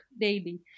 daily